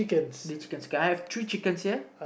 three chickens okay I have three chickens here